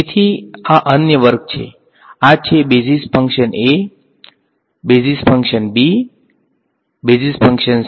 તેથી આ અન્ય વર્ગ છે તેથી આ છે આ છે basis function a basis function b basis function c